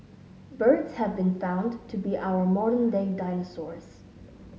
birds have been found to be our modern day dinosaurs